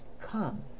come